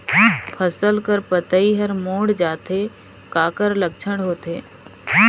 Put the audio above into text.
फसल कर पतइ हर मुड़ जाथे काकर लक्षण होथे?